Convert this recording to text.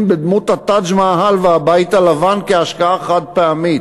בדמות ה"טאג' מהאל" והבית הלבן כהשקעה חד-פעמית.